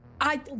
I-